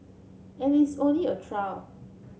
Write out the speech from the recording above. and it's only a trial